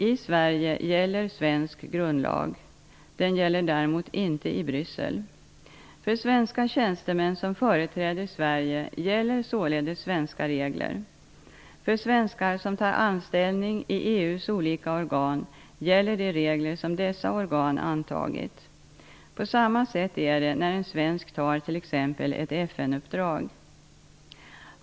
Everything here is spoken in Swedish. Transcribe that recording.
I Sverige gäller svensk grundlag. Den gäller däremot inte i Bryssel. För svenska tjänstemän som företräder Sverige gäller således svenska regler. För svenskar som tar anställning i EU:s olika organ gäller de regler som dessa organ antagit. På samma sätt är det när en svensk tar t.ex. ett FN uppdrag.